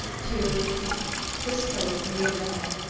to this place in the agenda.